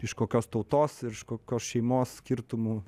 iš kokios tautos ir iš kokios šeimos skirtumų